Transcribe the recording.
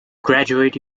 graduate